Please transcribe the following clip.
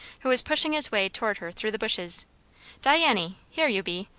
who was pushing his way towards her through the bushes diany! here you be!